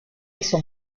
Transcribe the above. eso